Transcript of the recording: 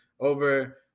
over